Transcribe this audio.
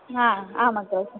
हा आम् अग्रज